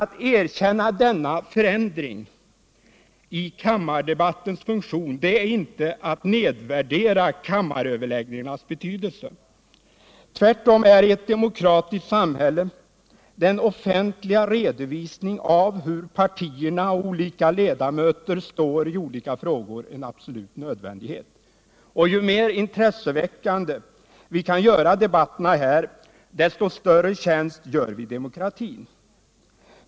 Att erkänna denna förändring i kammardebattens funktion är inte att nedvärdera kammaröverläggningarnas betydelse. Tvärtom är i ett demokratiskt samhälle den offentliga redovisningen av hur partierna och olika ledamöter står i olika frågor en absolut nödvändighet. Ju mer intresseväckande vi kan göra debatterna här, desto större tjänst gör vi demokratin.